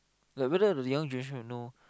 like whether the young generation would know